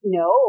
no